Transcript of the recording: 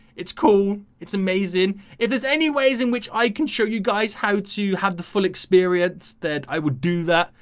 it's cool. it's amazing if there's any ways in which i can show you guys how to have the full experience that i would do that,